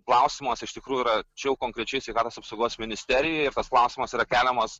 klausimas iš tikrųjų yra čia jau konkrečiai sveikatos apsaugos ministerijai tas klausimas yra keliamas